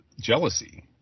jealousy